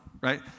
right